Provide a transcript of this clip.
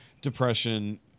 depression